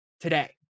today